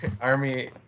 army